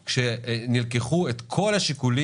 להוציא שני דברים שמופיעים כרגע בטיוטת החוק שמוצעת לפנינו.